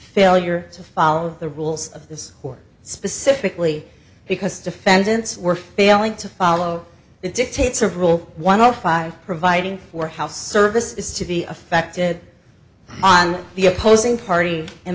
failure to follow the rules of this court specifically because defendants were failing to follow the dictates of rule one o five providing for how service is to be affected on the opposing party